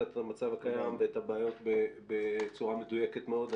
את המצב הקיים ואת הבעיות בצורה מדויקת מאוד.